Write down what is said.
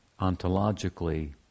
ontologically